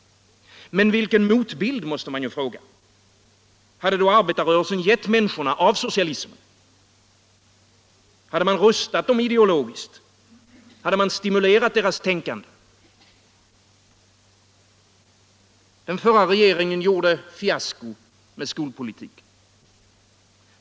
Men vilken motbild hade arbetarrörelsen gett människorna om socialismen? Hade man rustat dem ideologiskt, hade man stimulerat deras tänkande? Den förra regeringen gjorde fiasko med skolpolitiken.